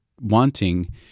wanting